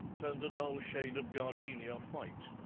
turned a dull shade of gardenia white,